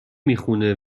میخونه